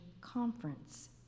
conference